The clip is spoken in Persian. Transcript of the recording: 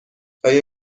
آیا